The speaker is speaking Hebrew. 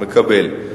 אני מקבל.